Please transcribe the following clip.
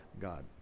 God